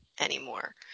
anymore